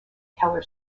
keller